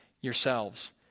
yourselves